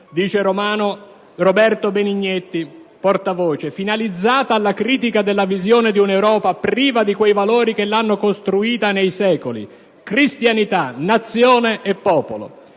se fosse stata violenta! - «finalizzata alla critica della visione di un'Europa priva di quei valori che l'hanno costruita nei secoli: cristianità, Nazione e popolo.